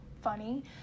funny